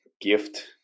gift